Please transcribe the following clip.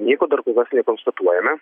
nieko dar kol kas konstatuojame